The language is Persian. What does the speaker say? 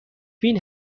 بین